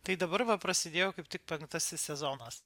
tai dabar va prasidėjo kaip tik penktasis sezonas